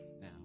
now